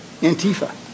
Antifa